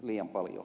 liian paljon